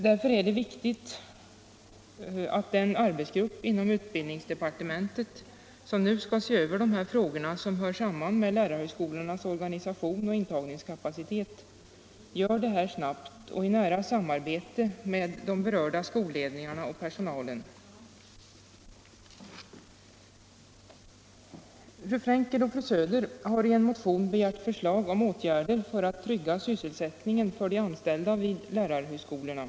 Därför är det viktigt att den arbetsgrupp inom utbildningsdepartementet som skall se över de frågor som hör samman med lärarhögskolornas organisation och intagningskapacitet arbetar snabbt och i nära samarbete med de berörda skolledningarna och personalen. Fru Frenkel och fru Söder har i en motion begärt förslag om åtgärder för att trygga sysselsättningen för de anställda vid lärarhögskolorna.